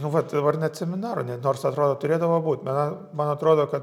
nu vat dabar net seminaro ne nors atrodo turėdavo būt ma man atrodo kad